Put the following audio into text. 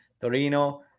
Torino